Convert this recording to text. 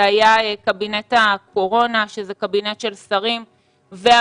זה היה קבינט הקורונה שזה קבינט של שרים והממשלה.